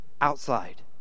outside